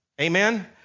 Amen